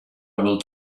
will